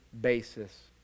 basis